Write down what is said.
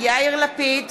יאיר לפיד,